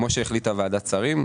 כמו שהחליטה ועדת שרים,